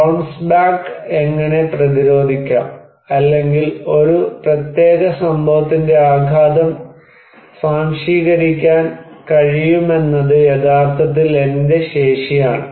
bounce back എങ്ങനെ പ്രതിരോധിക്കാം അല്ലെങ്കിൽ ഒരു പ്രത്യേക സംഭവത്തിന്റെ ആഘാതം സ്വാംശീകരിക്കാൻ കഴിയുമെന്നത് യഥാർത്ഥത്തിൽ എന്റെ ശേഷിയാണ്